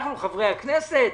אנחנו חברי הכנסת?